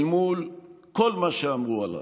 אל מול כל מה שאמרו עלייך.